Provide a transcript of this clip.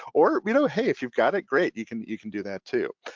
or you know hey, if you've got it great, you can you can do that too.